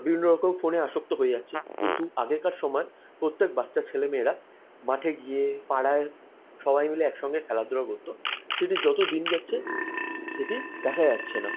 বিভিন্ন রকম ফোনে আসক্ত হয়ে যাচ্ছে কিন্তু আগেকার সময় প্রত্যেক বাচ্চা ছেলে মেয়েরা মাঠে গিয়ে পাড়ায় সবাই মিলে একসঙ্গে খেলাধুলা করত সেটি যত দিন যাচ্ছে সেটি দেখা যাচ্ছে না